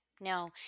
no